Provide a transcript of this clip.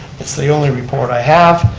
it's the only report i have.